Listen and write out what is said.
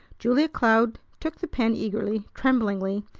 julia cloud took the pen eagerly, tremblingly,